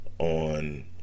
On